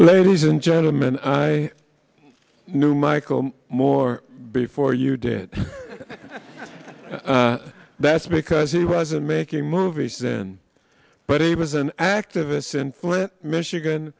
you ladies and gentlemen i knew michael moore before you did that's because he wasn't making movies then but he was an activist in flint michigan